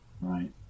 right